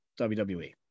WWE